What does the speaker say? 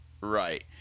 Right